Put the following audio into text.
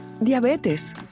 Diabetes